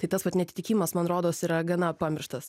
tai tas vat neatitikimas man rodos yra gana pamirštas